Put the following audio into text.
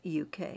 UK